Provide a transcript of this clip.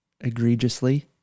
egregiously